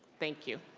thank you.